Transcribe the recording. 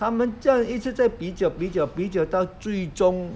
他们这样一直在比较比较比较到最终